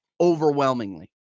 Overwhelmingly